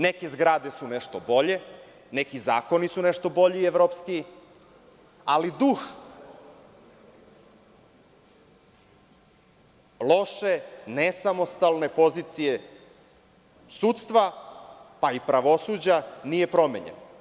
Neke zgrade su nešto bolje, neki zakoni su nešto bolji i evropskiji, ali duh loše, nesamostalne pozicije sudstva, pa i pravosuđa, nije promenjen.